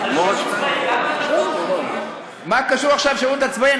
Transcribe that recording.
השירות הצבאי גם, מה קשור עכשיו השירות הצבאי?